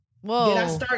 Whoa